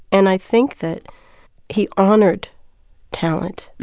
and i think that he honored talent.